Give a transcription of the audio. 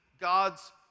God's